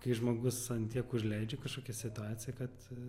kai žmogus ant tiek užleidžia kažkokią situaciją kad